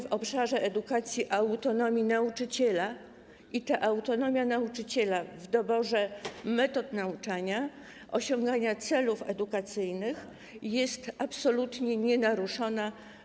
W obszarze edukacji mówimy o autonomii nauczyciela i ta autonomia nauczyciela w doborze metod nauczania i osiągania celów edukacyjnych jest absolutnie nienaruszona.